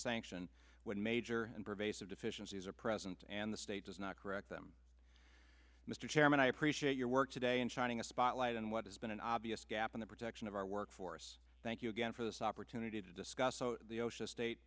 sanction when major and pervasive deficiencies are present and the state does not correct them mr chairman i appreciate your work today and shining a spotlight on what has been an obvious gap in the protection of our workforce thank you again for this opportunity to discuss the osha state